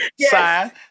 sign